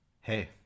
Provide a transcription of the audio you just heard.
Hey